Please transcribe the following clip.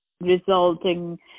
resulting